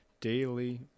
daily